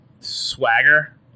swagger